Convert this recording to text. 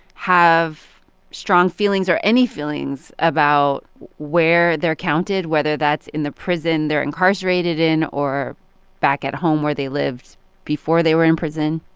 have strong feelings or any feelings about where they're counted whether that's in the prison they're incarcerated in or back at home where they lived before they were in prison?